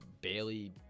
Bailey